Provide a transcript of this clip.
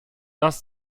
dass